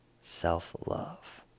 self-love